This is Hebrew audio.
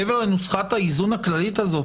מעבר לנוסחת האיזון הזאת,